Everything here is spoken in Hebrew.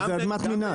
שזו אדמת מינהל.